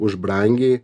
už brangiai